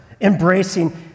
embracing